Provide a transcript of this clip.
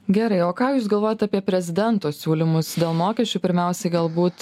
gerai o ką jūs galvojat apie prezidento siūlymus dėl mokesčių pirmiausiai galbūt